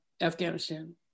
Afghanistan